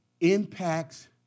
impacts